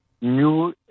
new